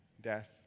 death